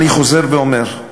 אני חוזר ואומר: